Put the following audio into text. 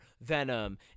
Venom